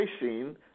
facing